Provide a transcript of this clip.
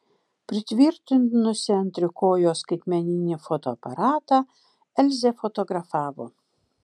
pritvirtinusi ant trikojo skaitmeninį fotoaparatą elzė fotografavo